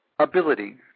ability